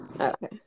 Okay